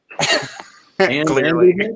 Clearly